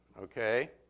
okay